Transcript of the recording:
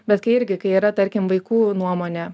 bet kai irgi kai yra tarkim vaikų nuomonė